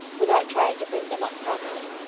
without trying to bring them up properly.